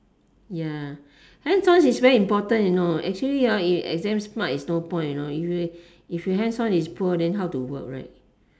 ya hands on is very important you know actually ah if you exam smart is no point you know if you if you hands on is poor then how to work right